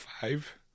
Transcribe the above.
five